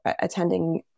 attending